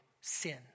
sin